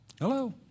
Hello